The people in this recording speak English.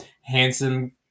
handsome